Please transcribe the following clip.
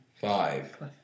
Five